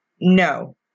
No